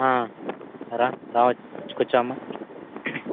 రా రా వచ్చి కూర్చోమ్మ